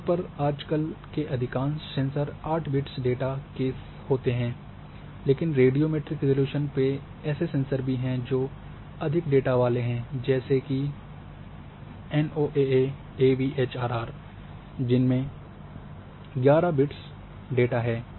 आम तौर पर आजकल के अधिकांश सेंसर 8 बिट्स डेटा के होते हैं लेकिन रेडियो मैट्रिक रिज़ॉल्यूशन पे ऐसे सेंसर भी हैं जो अधिक डेटा वाले हैं जैसेकि एनओएए एवीएचआरआर जिसमें 11 बिट्स डेटा हैं